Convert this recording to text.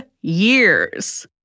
years